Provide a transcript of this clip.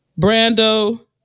Brando